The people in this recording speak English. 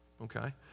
okay